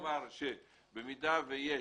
כלומר במידה ויש